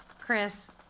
Chris